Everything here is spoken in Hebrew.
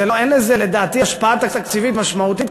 ואין לזה לדעתי השפעה תקציבית משמעותית,